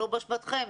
לא באשמתכם,